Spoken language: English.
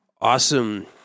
awesome